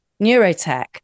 Neurotech